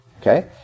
okay